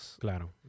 Claro